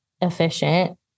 efficient